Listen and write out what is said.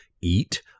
eat